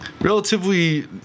Relatively